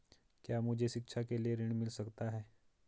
क्या मुझे शिक्षा के लिए ऋण मिल सकता है?